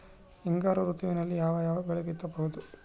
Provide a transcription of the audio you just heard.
ಹಿಂಗಾರು ಋತುವಿನಲ್ಲಿ ಯಾವ ಯಾವ ಬೆಳೆ ಬಿತ್ತಬಹುದು?